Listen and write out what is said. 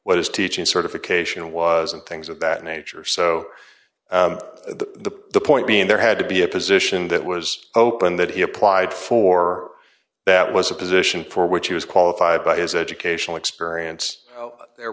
what his teaching certification was and things of that nature so the point being there had to be a position that was open that he applied for that was a position for which he was qualified by his educational experience there